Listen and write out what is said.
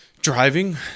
driving